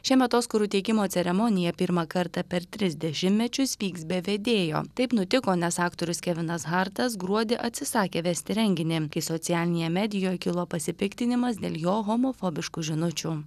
šiemet oskarų teikimo ceremonija pirmą kartą per tris dešimtmečius vyks be vedėjo taip nutiko nes aktorius kevinas hartas gruodį atsisakė vesti renginį kai socialinėje medijoj kilo pasipiktinimas dėl jo homofobiškų žinučių